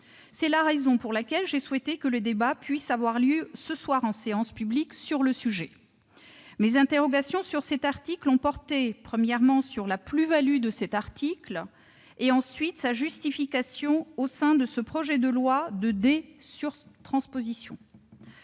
C'est la raison pour laquelle j'ai souhaité que le débat puisse avoir lieu en séance publique sur le sujet. Mes interrogations sur cet article ont porté, premièrement, sur la plus-value apportée par celui-ci et deuxièmement, sur sa justification au sein de ce projet de loi de dé-surtransposition.